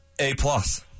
A-plus